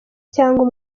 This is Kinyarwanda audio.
cyangwa